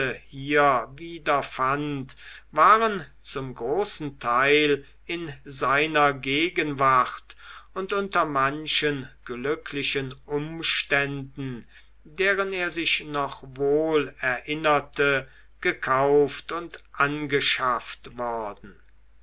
hier wiederfand waren zum großen teil in seiner gegenwart und unter manchen glücklichen umständen deren er sich noch wohl erinnerte gekauft und angeschafft worden